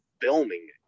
filming